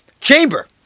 Chamber